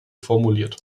formuliert